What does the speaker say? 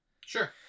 Sure